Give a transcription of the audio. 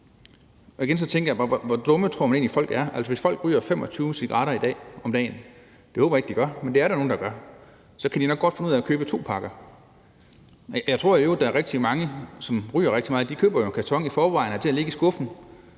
Og igen tænker jeg: Hvor dumme tror man egentlig folk er? Altså, hvis folk ryger 25 cigaretter om dagen i dag – det håber jeg ikke de gør, men det er der nogle der gør – så kan de nok godt finde ud af at købe to pakker. Jeg tror i øvrigt, at der er rigtig mange af dem, som ryger rigtig meget, der i forvejen køber en karton til at have liggende i skuffen.